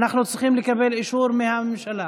אנחנו צריכים לקבל אישור מהממשלה.